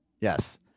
Yes